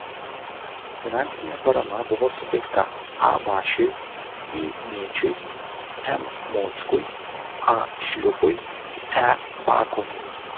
finansinė parama buvo suteikta a bašiui i mėčiui m mockui a šliupui e bakoniui